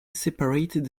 separated